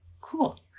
cool